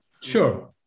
Sure